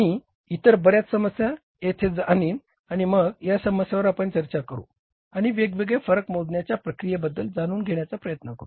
मी इतर बर्याच समस्या येथे आणीन आणि मग या समस्यांवर आपण चर्चा करू आणि वेगवेगळे फरक मोजण्याच्या प्रक्रियेबद्दल जाणून घेण्याचा प्रयत्न करू